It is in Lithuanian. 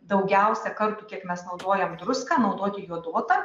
daugiausia kartų kiek mes naudojam druską naudoti joduotą